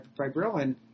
fibrillin